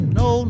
no